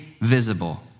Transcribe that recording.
visible